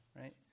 right